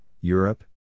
Europe